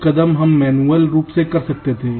कुछ कदम हम मैन्युअल रूप से कर सकते थे